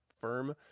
firm